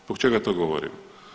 Zbog čega to govorim?